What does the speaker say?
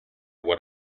what